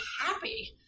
happy